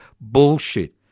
Bullshit